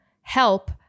Help